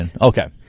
Okay